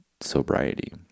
sobriety